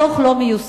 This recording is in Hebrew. הדוח לא מיושם.